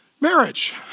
marriage